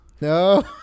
No